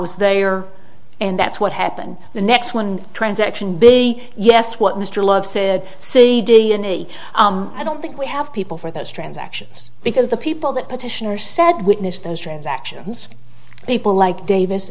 was there and that's what happened the next one transaction be yes what mr love said see i don't think we have people for those transactions because the people that petitioner said witness those transactions people like davis